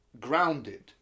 grounded